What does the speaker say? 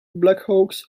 blackhawks